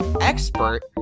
expert